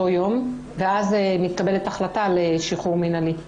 יום ואז מתקבלת החלטה לשחרור מינהלי.